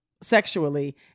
sexually